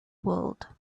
world